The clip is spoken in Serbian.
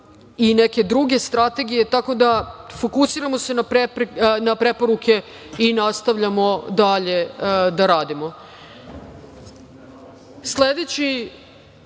i neke druge strategije. Tako da se fokusiramo na preporuke i nastavljamo dalje da radimo. Sledeći